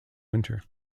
winter